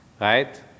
right